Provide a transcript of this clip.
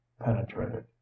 penetrated